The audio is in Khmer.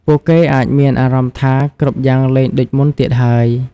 ពួកគេអាចមានអារម្មណ៍ថា គ្រប់យ៉ាងលែងដូចមុនទៀតហើយ។